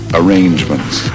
arrangements